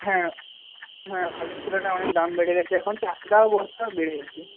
হ্যাঁ হ্যাঁ আগের তুলনায় অনেক দাম বেড়ে গেছে এখন চারশো টাকা বস্তাও বেড়ে গেছে